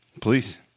Please